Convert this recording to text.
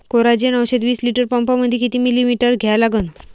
Coragen औषध विस litre पंपामंदी किती मिलीमिटर घ्या लागन?